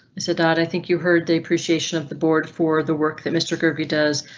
so dad, i think you heard the appreciation of the board for the work that mr. kirby does,